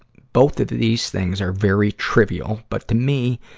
both of these things are very trivial, but to me,